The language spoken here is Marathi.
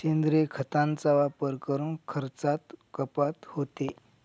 सेंद्रिय खतांचा वापर करून खर्चात कपात होते